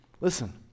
Listen